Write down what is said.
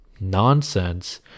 nonsense